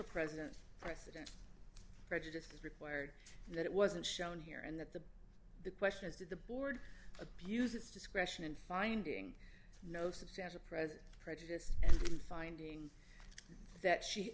president president prejudiced as required that it wasn't shown here and that the the question is did the board abuse its discretion in finding no substantial present prejudice and finding that she